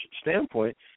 standpoint